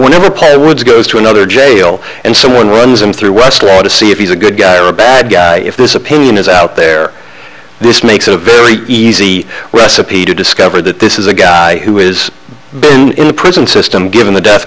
whenever play words goes to another jail and someone runs them through westlaw to see if he's a good guy or a bad guy if this opinion is out there this makes it a very easy recipe to discover that this is a guy who is in a prison system given the death